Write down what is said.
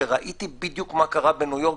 שראיתי בדיוק מה קרה בניו יורק,